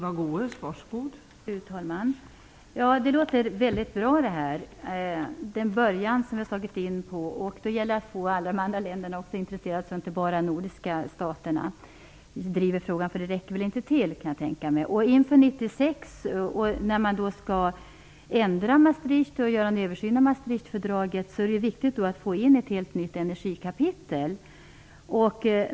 Fru talman! Det låter bra, det som statsrådet säger om den väg vi har slagit in på. Det gäller att få också alla de andra länderna att intressera sig. Det räcker väl inte att bara de nordiska staterna driver frågan. 1996, när man skall göra en översyn av Maastrichtfördraget, är det viktigt att få in ett helt nytt energikapitel.